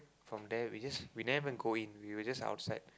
from there we just we never even go in we were just outside